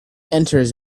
enters